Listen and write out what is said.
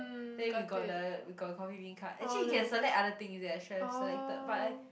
then we got the we got the coffee-bean card actually you can select other things there I should have selected but I